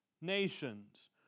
nations